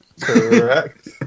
Correct